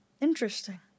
Interesting